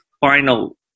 final